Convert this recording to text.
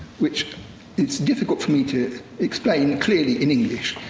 which it's difficult for me to explain clearly in english,